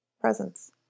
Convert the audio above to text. presence